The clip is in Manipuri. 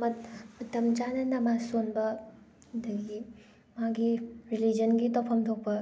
ꯃꯇꯝ ꯆꯥꯅ ꯅꯃꯥꯖ ꯁꯣꯟꯕ ꯑꯗꯒꯤ ꯃꯥꯒꯤ ꯔꯤꯂꯤꯖꯟꯒꯤ ꯇꯧꯐꯝ ꯊꯣꯛꯄ